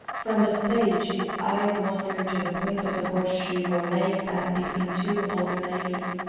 from the stage his eyes wandered to the point of the horseshoe where may sat between two older ladies,